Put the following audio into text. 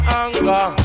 anger